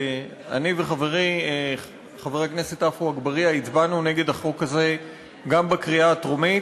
אני וחברי חבר הכנסת עפו אגבאריה הצבענו נגד החוק הזה בקריאה הטרומית,